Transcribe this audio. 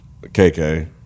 KK